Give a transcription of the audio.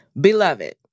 Beloved